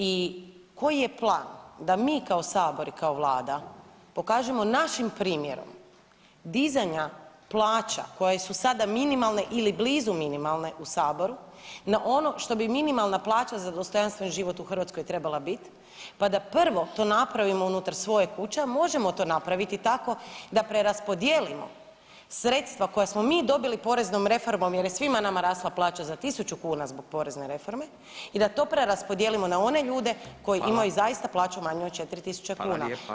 I koji je plan da mi kao Sabor i kao Vlada pokažemo našim primjerom dizanja plaća koje su sada minimalne ili blizu minimalne u Saboru na ono što bi minimalna plaća za dostojanstven život u Hrvatskoj trebala biti pa da prvo to napravimo unutar svoje kuće, a možemo to napraviti tako da preraspodijelimo sredstva koja smo mi dobili poreznom reformom jer je svima nama rasla plaća za 1000 kuna zbog porezne reforme i da to preraspodijelimo na one ljude koji imaju [[Upadica: Hvala.]] zaista plaću manju od 4 tisuće kuna?